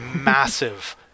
massive